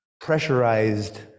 pressurized